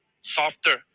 softer